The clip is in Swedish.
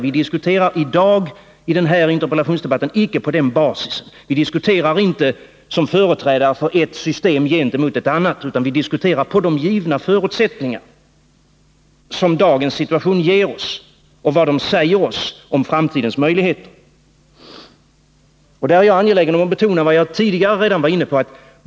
I dagens interpellationsdebatt diskuterar vi icke på denna basis. Vi diskuterar inte som företrädare för ett system gentemot ett annat, utan vi diskuterar utifrån de givna förutsättningarna i dagens situation och vad dessa säger oss om framtidens möjligheter. Jag är här angelägen om att betona vad jag redan tidigare var inne på.